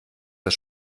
das